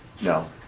No